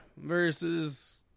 versus